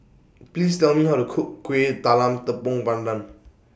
Please Tell Me How to Cook Kueh Talam Tepong Pandan